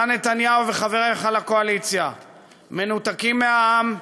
אתה, נתניהו, וחבריך לקואליציה מנותקים מהעם,